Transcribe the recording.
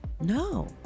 No